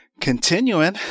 continuing